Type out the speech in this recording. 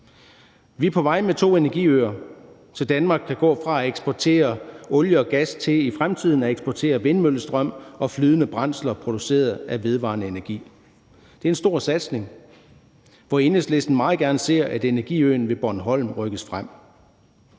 Vi er på vej med to energiøer, så Danmark kan gå fra at eksportere olie og gas til i fremtiden at eksportere vindmøllestrøm og flydende brændsler produceret af vedvarende energi. Det er en stor satsning, hvor Enhedslisten meget gerne ser, at energiøen ved Bornholm rykkes frem.